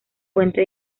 fuente